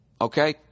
Okay